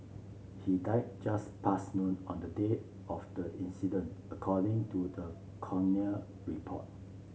he died just past noon on the day of the incident according to the coroner report